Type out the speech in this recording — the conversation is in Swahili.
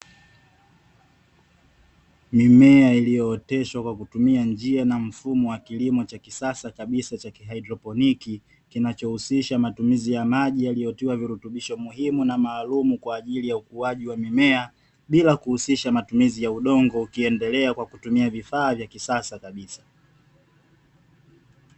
Mimea iliyooteshwa kwa kutumia njia na mfumo wa kisasa kabisa cha kihaidroponiki, kinachohusisha matumizi ya maji yaliyotiwa virutubisho muhimu na maalumu, kwa ajili ya ukuaji wa mimea bila kuhusisha matumizi ya udongo ukiendelea kwa kutumia vifaa vya kisasa kabisa.